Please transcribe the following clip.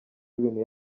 ibintu